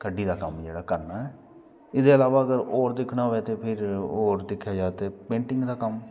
खड्डी दा कम्म करना एहदे इलाबा अगर और दिक्खना होऐ ते फिर ओर दिक्खेआ जाए ते पेटिंग दा कम्म